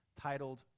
titled